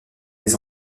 les